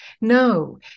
No